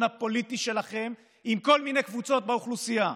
הפוליטי שלכם עם כל מיני קבוצות באוכלוסייה,